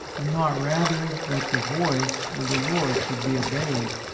and not rather that the voice of the lord should be obeyed.